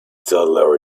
toddler